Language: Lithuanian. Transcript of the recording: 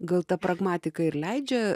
gal ta pragmatika ir leidžia